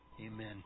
amen